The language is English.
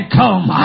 come